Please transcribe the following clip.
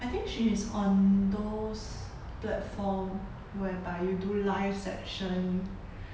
I think she is on those platform whereby you do life section